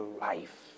life